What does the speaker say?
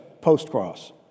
post-cross